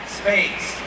space